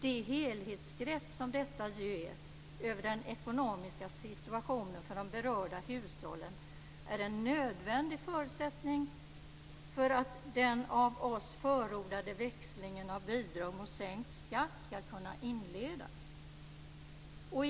Det helhetsgrepp som detta ger över den ekonomiska situationen för berörda hushåll är en nödvändig förutsättning för att den av oss förordade växlingen av bidrag mot sänkt skatt ska kunna inledas.